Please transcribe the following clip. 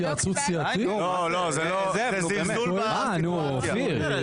בואו נשמע אותו, מה הוא אומר בנושא.